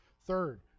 Third